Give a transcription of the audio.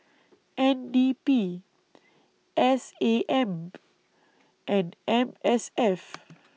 N D P S A M and M S F